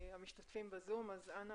מהמשתתפים בזום, אז אנא